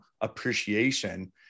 appreciation